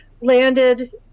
landed